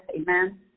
amen